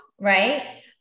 right